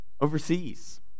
overseas